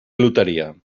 loteria